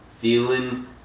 feeling